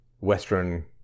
Western